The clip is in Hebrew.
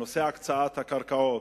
בנושא הקצאת הקרקעות,